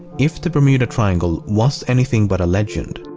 if the bermuda triangle was anything but a legend,